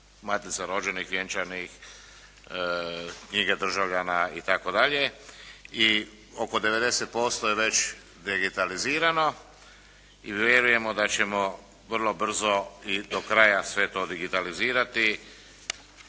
matica rođenih, vjenčanih, knjige državljana itd., i oko 90% je već digitalizirano. I vjerujemo da ćemo vrlo brzo, do kraja sve to digitalizirati,